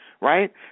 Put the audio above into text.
right